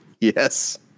Yes